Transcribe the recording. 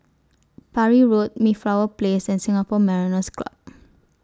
Parry Road Mayflower Place and Singapore Mariners' Club